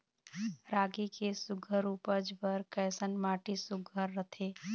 रागी के सुघ्घर उपज बर कैसन माटी सुघ्घर रथे?